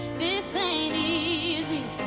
this ain't easy